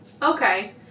Okay